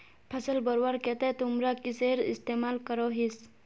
फसल बढ़वार केते तुमरा किसेर इस्तेमाल करोहिस?